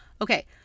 Okay